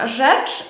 rzecz